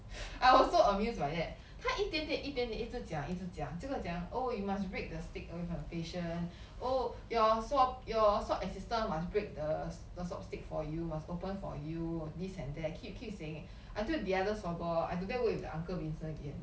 I was so amused by that 他一点点一点点一直讲一直讲这个讲 oh you must break the stick away from your patient oh your swab your swab assistant must break the swab stick for you must open for you this and that keep keep saying until the other swabber I don't dare work with the uncle Vincent again